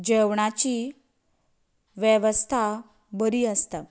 जेवणाची वेवस्था बरी आसता